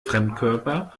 fremdkörper